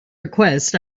request